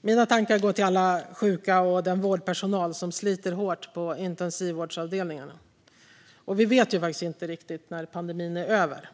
Mina tankar går till alla som är sjuka och den vårdpersonal som sliter hårt på intensivvårdsavdelningarna. Vi vet inte riktigt när pandemin är över.